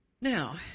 Now